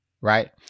right